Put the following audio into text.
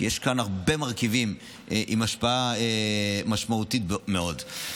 כי יש כאן הרבה מרכיבים עם השפעה משמעותית מאוד.